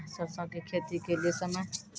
सरसों की खेती के लिए समय?